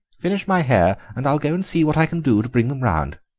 finish my hair and i'll go and see what i can do to bring them round.